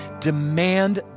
demand